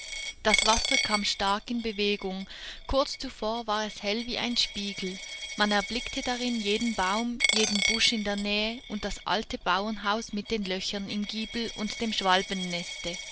das wasser kam stark in bewegung kurz zuvor war es hell wie ein spiegel man erblickte darin jeden baum jeden busch in der nähe und das alte bauernhaus mit den löchern im giebel und dem schwalbenneste